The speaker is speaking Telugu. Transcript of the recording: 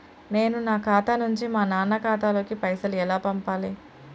నేను నా ఖాతా నుంచి మా నాన్న ఖాతా లోకి పైసలు ఎలా పంపాలి?